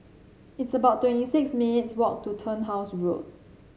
it's about twenty six minutes walk to Turnhouse Road